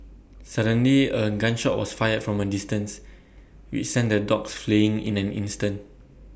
suddenly A gun shot was fired from A distance which sent the dogs fleeing in an instant